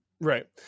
Right